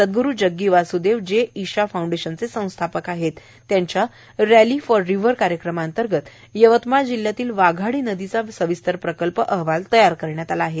सदग्रु जग्गी वासुदेव जे ईशा फाऊंडेशनचे संस्थापक आहेत त्यांच्या रली फॉर रिव्हर कार्यक्रमांतर्गत यवतमाळ जिल्ह्यातील वाघाडी नदीचा सविस्तर प्रकल्प अहवाल तयार करण्यात आला आहे